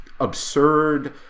absurd